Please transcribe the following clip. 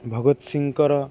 Bhagat ସିଂଙ୍କର